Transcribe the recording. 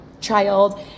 child